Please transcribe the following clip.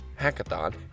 hackathon